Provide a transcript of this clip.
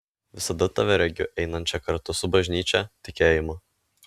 visada tave regiu einančią kartu su bažnyčia tikėjimu